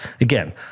Again